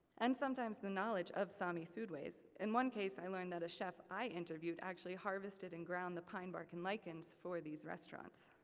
and sometimes the knowledge of sami food ways. in one case i learned that a chef i interviewed actually harvested and ground the pine bark and lichens for these restaurants.